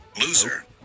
Loser